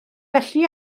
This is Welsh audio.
felly